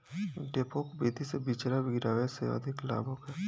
डेपोक विधि से बिचरा गिरावे से अधिक लाभ होखे?